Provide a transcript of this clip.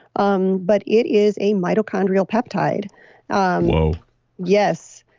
um but it is a mitochondrial peptide um whoa yes,